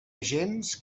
agents